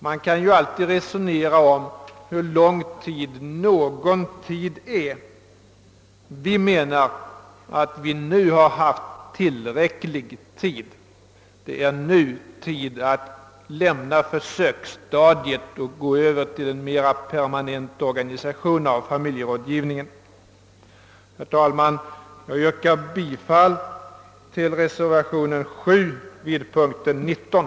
Man kan ju alltid resonera om hur lång tid »någon» tid är. Enligt vår åsikt har vi nu haft tillräckligt med tid på oss. Det är nu dags att lämna försöksstadiet och gå över till en mera permanent organisation då det gäller familjerådgivningen. Herr talman! Jag yrkar bifall till reservationen 7 vid punkten 19.